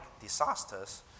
disasters